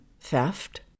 theft